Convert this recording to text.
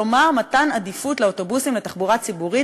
כלומר מתן עדיפות לאוטובוסים בתחבורה הציבורית